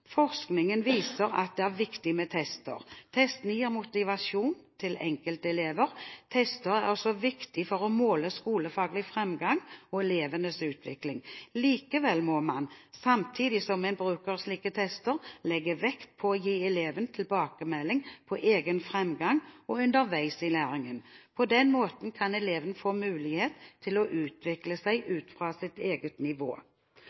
forskningen viser at et er viktig med tester: «Testene gir motivasjon til enkelte elever. Tester er også viktig for å måle skolefaglig framgang og elevens utvikling. Likevel må man, samtidig som en bruker slike tester, legge vekt på å gi elevene tilbakemelding på egen framgang underveis i læringen. På den måten kan eleven få mulighet til å utvikle seg ut fra sitt eget nivå.»